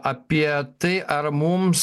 apie tai ar mums